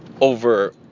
over